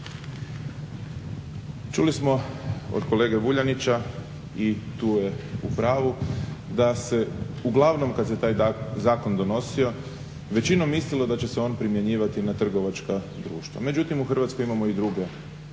Čuli smo od kolege Vuljanića i tu je u pravu da se uglavnom kad se taj zakon donosio većinom mislilo da će se on primjenjivati na trgovačka društva. Međutim, u Hrvatskoj imamo i druge oblike